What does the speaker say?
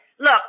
Look